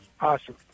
awesome